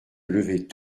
lever